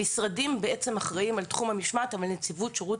המשרדים אחראים על תחום המשמעת אבל נציבות שירות